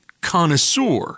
connoisseur